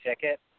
ticket